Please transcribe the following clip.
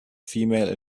female